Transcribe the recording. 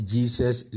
Jesus